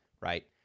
right